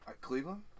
Cleveland